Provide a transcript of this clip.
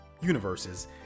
universes